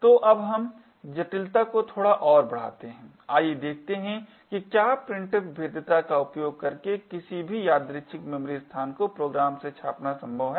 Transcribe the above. तो अब हम जटिलता को थोड़ा और बढ़ाते हैं आइए देखते हैं कि क्या printf भेद्यता का उपयोग करके किसी भी यादृछिक मेमोरी स्थान को प्रोग्राम से छापना संभव है